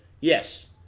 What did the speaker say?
Yes